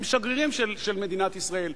הם שגרירים של מדינת ישראל.